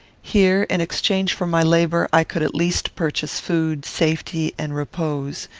here, in exchange for my labour, i could at least purchase food, safety, and repose.